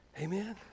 Amen